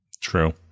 True